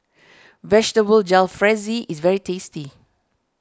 Vegetable Jalfrezi is very tasty